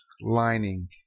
lining